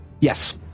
Yes